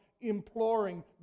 imploring